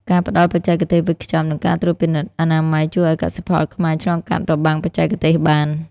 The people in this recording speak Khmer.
ការផ្ដល់បច្ចេកទេសវេចខ្ចប់ និងការត្រួតពិនិត្យអនាម័យ ជួយឱ្យកសិផលខ្មែរឆ្លងកាត់របាំងបច្ចេកទេសបាន។